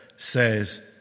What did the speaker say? says